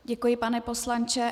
Děkuji, pane poslanče.